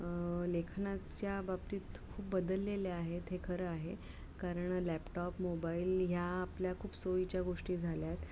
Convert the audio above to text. लेखनाच्या बाबतीत खूप बदललेले आहेत हे खरं आहे कारण लॅपटॉप मोबाईल ह्या आपल्या खूप सोयीच्या गोष्टी झाल्यात